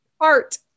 Art